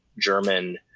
German